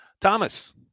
Thomas